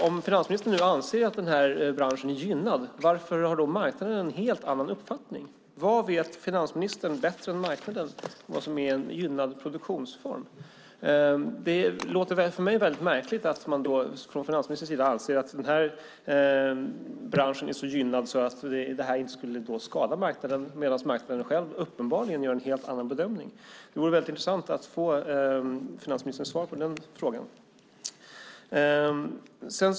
Om finansministern anser att branschen är gynnad, varför har då marknaden en helt annan uppfattning? Vad vet finansministern bättre än marknaden om vad som är en gynnad produktionsform? För mig låter det märkligt att finansministern anser att branschen är så gynnad så att detta inte skulle skada marknaden medan marknaden själv uppenbarligen gör en helt annan bedömning. Det vore intressant att få finansministerns svar på detta.